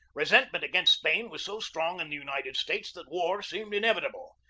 resentment against spain was so strong in the united states that war seemed inevitable.